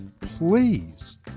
please